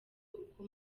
uko